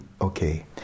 okay